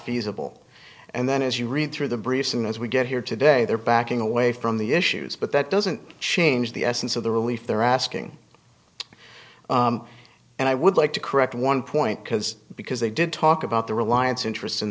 feasible and then as you read through the briefs and as we get here today they're backing away from the issues but that doesn't change the essence of the relief they're asking and i would like to correct one point because because they did talk about the reliance interest